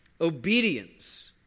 Obedience